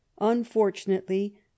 unfortunately